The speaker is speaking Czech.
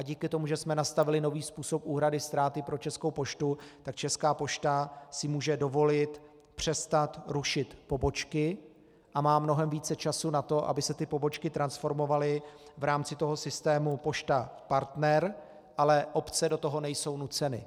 Díky tomu, že jsme nastavili nový způsob úhrady ztráty pro Českou poštu, tak Česká pošta si může dovolit přestat rušit pobočky a má mnohem více času na to, aby se pobočky transformovaly v rámci toho systému Pošta Partner, ale obce do toho nejsou nuceny.